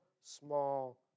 small